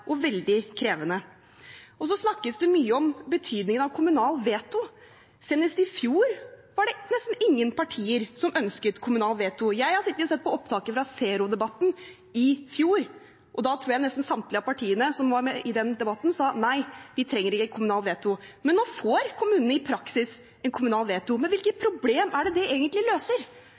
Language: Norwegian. og veldig krevende. Så snakkes det mye om betydningen av kommunalt veto. Senest i fjor var det nesten ingen partier som ønsket kommunalt veto. Jeg har sittet og sett på opptaket fra Zero-debatten i fjor, og da tror jeg nesten samtlige av partiene som var med i den debatten, sa at nei, vi trenger ikke kommunalt veto. Men nå får kommunene i praksis kommunalt veto. Men hvilket problem er det det egentlig løser?